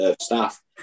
staff